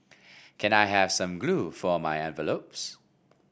can I have some glue for my envelopes